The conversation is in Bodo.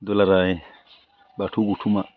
दुलाराय बाथौ गौथुमा